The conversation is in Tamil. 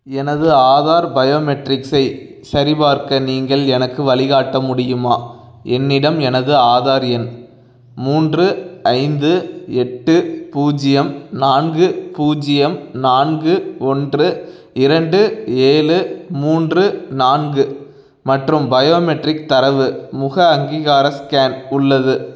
எனது ஆதார் பயோமெட்ரிக்ஸை சரிபார்க்க நீங்கள் எனக்கு வழிகாட்ட முடியுமா என்னிடம் எனது ஆதார் எண் மூன்று ஐந்து எட்டு பூஜ்ஜியம் நான்கு பூஜ்ஜியம் நான்கு ஒன்று இரண்டு ஏழு மூன்று நான்கு மற்றும் பயோமெட்ரிக் தரவு முக அங்கீகார ஸ்கேன் உள்ளது